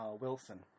Wilson